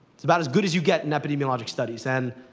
it's about as good as you get in epidemiologic studies. and,